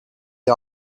die